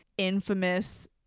infamous